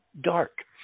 dark